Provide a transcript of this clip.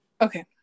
okay